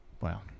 Wow